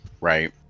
Right